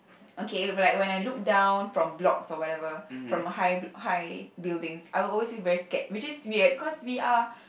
okay when like when I look down from blocks or whatever from high high buildings I will always feel very scared which is weird cause we are